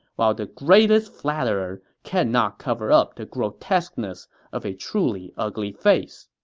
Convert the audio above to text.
while the greatest flatterer cannot cover up the grotesqueness of a truly ugly face.